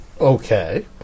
Okay